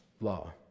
law